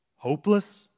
Hopeless